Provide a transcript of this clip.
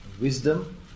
wisdom